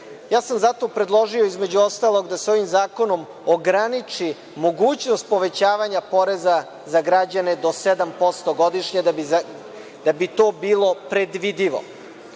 Zato sam predložio, između ostalog, da se ovim zakonom ograniči mogućnost povećavanja poreza za građane do sedam posto godišnje da bi to bilo predvidivo. Duboko